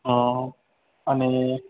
हा अने